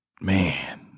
man